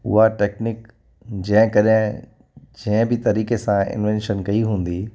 उहा टैक्निक जंहिं करे जंहिं बि तरीक़े सां इंवैंशन कई हूंदी